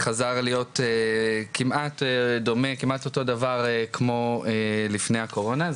כמעט אותו הדבר כמו לפני הקורונה.